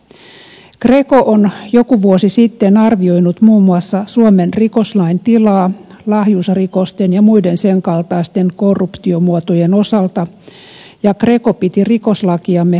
greco on joku vuosi sitten arvioinut muun muassa suomen rikoslain tilaa lahjusrikosten ja muiden sen kaltaisten korruptiomuotojen osalta ja greco piti rikoslakiamme puutteellisena